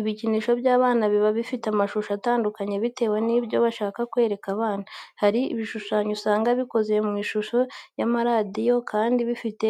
Ibikinisho by'abana biba bifite amashusho atandukanye bitewe n'ibyo bashaka kwereka abana. Hari ibishushanyo usanga bikoze mu ishusho y'amaradiyo kandi bifite